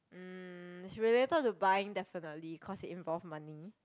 um is related to buying definitely cause involve money